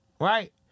Right